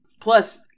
Plus